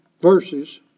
verses